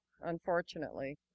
unfortunately